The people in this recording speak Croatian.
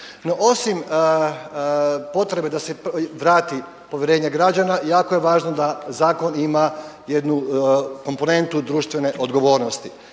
osim potrebe da se vrati povjerenje građana jako je važno da zakon ima jednu komponentu društvene odgovornosti